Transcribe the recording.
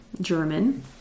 German